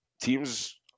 teams